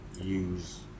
use